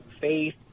faith